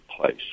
place